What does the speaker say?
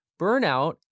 Burnout